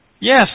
Yes